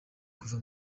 kuva